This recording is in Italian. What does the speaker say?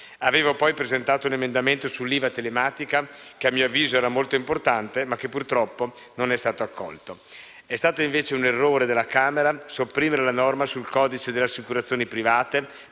Avevo poi presentato un emendamento sull'IVA telematica, che a mio avviso era molto importante, ma che purtroppo non è stato accolto. È stato invece un errore della Camera sopprimere la norma del codice delle assicurazioni private,